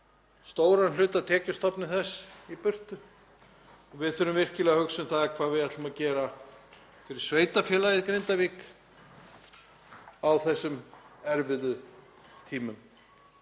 stóran hluta af tekjustofni þess í burtu og við þurfum virkilega að hugsa um það hvað við ætlum að gera fyrir sveitarfélagið Grindavík á þessum erfiðu tímum.